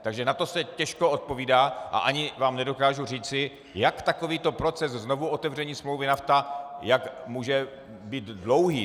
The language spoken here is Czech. Takže na to se těžko odpovídá a ani vám nedokážu říci, jak takový proces znovuotevření smlouvy NAFTA může být dlouhý.